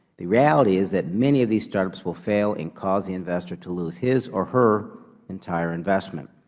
the reality is that many of these startups will fail and cause the investor to lose his or her entire investment.